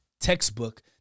textbook